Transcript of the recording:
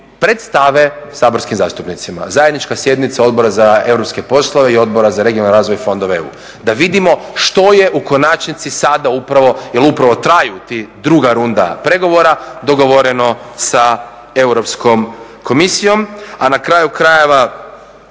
predstave saborskim zastupnicima. Zajednička sjednica Odbora za europske poslove i Odbora za regionalan razvoj i fondove EU. Da vidimo što je u konačnici sada upravo, jer upravo traju ta druga runda pregovora, dogovoreno sa Europskom komisijom. A na kraju krajeva